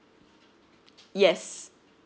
yes